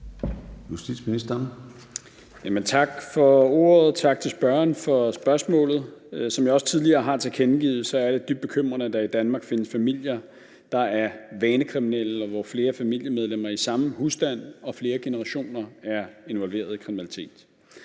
til spørgeren for spørgsmålet. Som jeg også tidligere har tilkendegivet, er det dybt bekymrende, at der i Danmark findes familier, der er vanekriminelle, og hvor flere familiemedlemmer i samme husstand og flere generationer er involveret i kriminalitet.